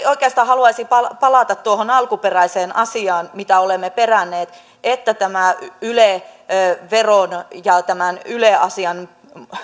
oikeastaan haluaisin palata palata tuohon alkuperäiseen asiaan mitä olemme peränneet että tämä yle veron ja tämän yle asian